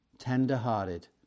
tender-hearted